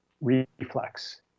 reflex